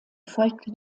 folgte